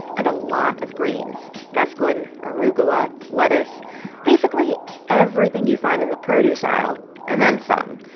and a lot of greens mesclun, arugula, lettuce basically everything you find in the produce aisle and then some.